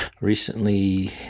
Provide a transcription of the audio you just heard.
recently